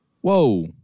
Whoa